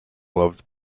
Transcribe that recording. loved